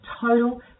total